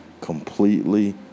completely